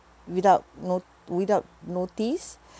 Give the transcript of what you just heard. without no~ without notice